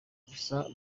gusa